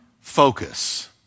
focus